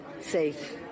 safe